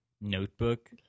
notebook